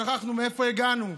שכחנו מאיפה הגענו.